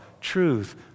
truth